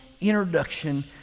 introduction